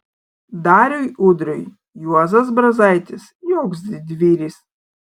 dariui udriui juozas brazaitis joks didvyris